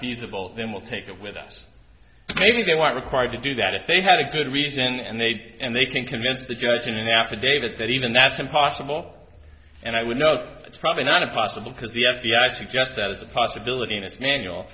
feasible then we'll take it with us maybe they weren't required to do that if they had a good reason and they did and they can convince the judge in an affidavit that even that's impossible and i would know it's probably not impossible because the f b i suggests that as a possibility and it's manual